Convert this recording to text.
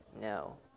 No